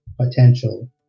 potential